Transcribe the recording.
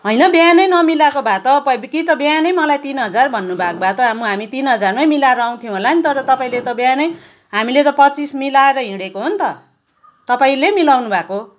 होइन बिहानै नमिलाएको भए त कि त बिहानै मलाई तिन हजार भन्नु भएको भए त हामी तिन हजारमै मिलाएर आउँथ्यौँ होला नि त तर तपाईँले त बिहानै हामीले त पच्चिस मिलाएर हिँडेको हो नि त तपाईँले मिलाउनु भएको हो